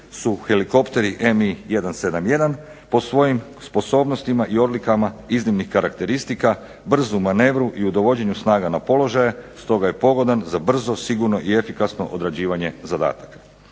su helikopteri MI-171 po svojim sposobnostima i odlikama iznimnih karakteristika, brzu manevru i u dovođenju snaga na položaje. Stoga je pogodan za brzo, sigurno i efikasno odrađivanje zadataka.